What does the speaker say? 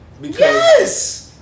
Yes